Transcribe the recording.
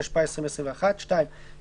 התש"ף 2020 (להלן החוק),